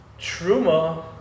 truma